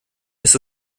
ist